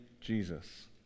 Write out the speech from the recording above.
Jesus